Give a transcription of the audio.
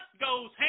goes